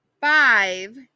five